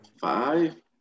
Five